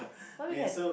what we had